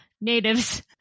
natives